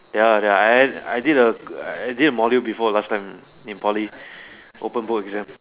ya ah ya I I did a I did a module before last time in Poly open book exam